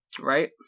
Right